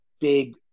big